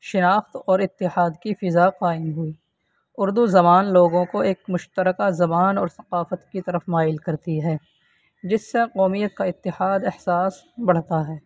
شناخت اور اتحاد کی فضا قائم ہوئی اردو زبان لوگوں کو ایک مشترکہ زبان اور ثقافت کی طرف مائل کرتی ہے جس سے قومیت کا اتحاد احساس بڑھتا ہے